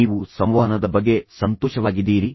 ನೀವು ಸಂವಹನದ ಬಗ್ಗೆ ಸಂತೋಷವಾಗಿದ್ದೀರಿ